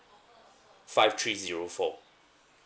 five three zero four